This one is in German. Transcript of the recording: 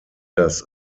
das